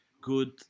Good